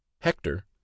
hector